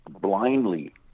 blindly